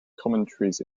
commentaries